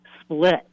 split